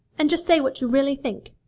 and just say what you really think.